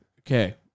Okay